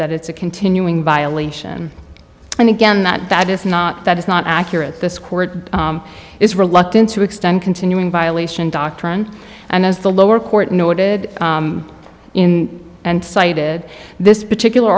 that it's a continuing violation and again that that is not that is not accurate this court is reluctant to extend continuing violation doctrine and as the lower court noted in and cited this particular